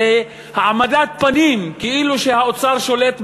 זו העמדת פנים כאילו שהאוצר שולט בעניינים,